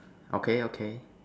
okay okay